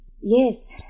Yes